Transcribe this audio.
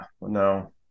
no